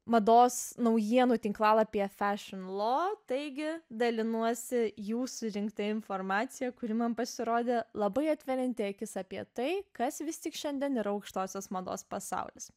mados naujienų tinklalapyje fešin lo taigi dalinuosi jų surinkta informacija kuri man pasirodė labai atverianti akis apie tai kas vis tik šiandien yra aukštosios mados pasaulis